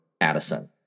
Addison